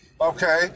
okay